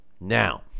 now